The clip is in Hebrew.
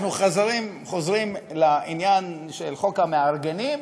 אנחנו חוזרים לעניין של חוק המארגנים,